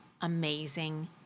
amazing